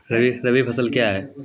रबी फसल क्या हैं?